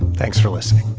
thanks for listening